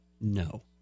No